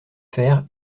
faire